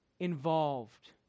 involved